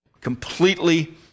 completely